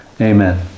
Amen